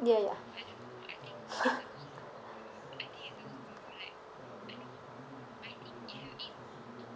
ya ya